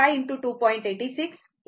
तर 25 ✕ 2